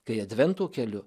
kai advento keliu